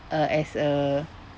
uh as a